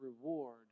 reward